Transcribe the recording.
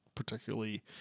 particularly